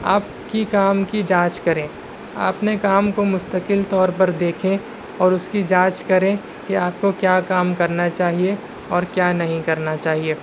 آپ کی کام کی جانچ کریں اپنے کام کو مستقل طور پر دیکھیں اور اس کی جانچ کریں کہ آپ کو کیا کام کرنا چاہیے اور کیا نہیں کرنا چاہیے